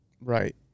Right